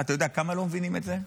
אתה יודע כמה לא מבינים את זה?